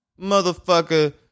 motherfucker